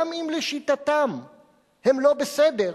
גם אם לשיטתם הם לא בסדר,